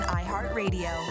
iHeartRadio